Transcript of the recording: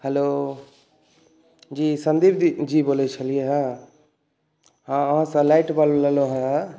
hello जी संदीपजी बोलै छलियै हँ अहाँसँ लाइट बल्ब लेलहुँ हँ